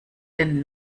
denn